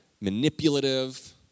manipulative